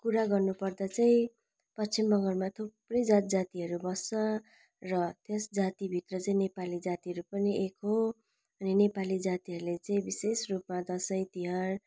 कुरा गर्नु पर्दा चाहिँ पश्चिम बङ्गालमा थुप्रै जात जातिहरू बस्छ र त्यस जाति भित्र चाहिँ नेपाली जातिहरू पनि एक हो अनि नेपाली जातिहरूले चाहिँ विशेष रूपमा दसैँ तिहार